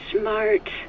smart